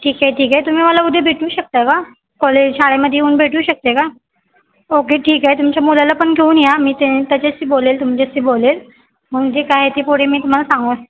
ठीक आहे ठीक आहे तुम्ही मला उद्या भेटू शकता का कॉलेज शाळेमध्ये येऊन भेटू शकते का ओके ठीक आहे तुमच्या मुलाला पण घेऊन या मी ते त्याच्याशी बोलेन तुमच्याशी बोलेन मग जे काय ते पुढे मी तुम्हाला सांगू